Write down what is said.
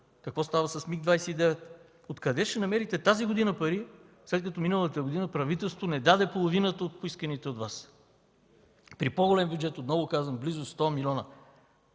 какво става с Миг-29? Откъде ще намерите тази година пари, след като миналата година правителството не даде половината от поисканите от Вас при по-голям бюджет, отново казвам – близо 100 милиона?